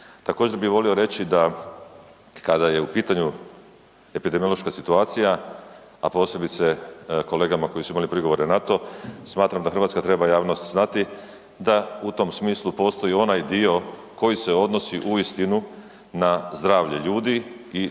Također bih volio reći da kada je u pitanju epidemiološka situacija, a posebice kolegama koji su imali prigovore na to, smatram da hrvatska treba javnost znati da u tom smislu postoji onaj dio koji se odnosi uistinu na zdravlje ljudi i